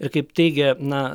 ir kaip teigia na